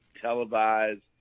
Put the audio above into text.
televised